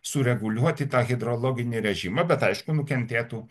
sureguliuoti tą hidrologinį režimą bet aišku nukentėtų